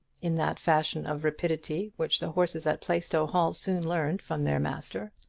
in that fashion of rapidity which the horses at plaistow hall soon learned from their master.